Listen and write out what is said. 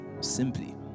simply